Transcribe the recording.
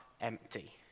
empty